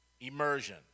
immersion